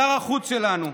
שר החוץ שלנו,